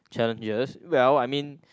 challenges well I mean